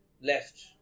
left